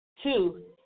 Two